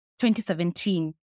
2017